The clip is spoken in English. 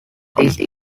these